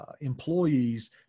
employees